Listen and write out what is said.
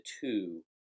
two